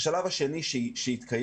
בשלב השני שיתקיים,